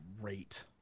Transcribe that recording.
great